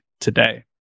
today